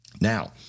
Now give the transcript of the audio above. Now